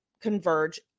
converge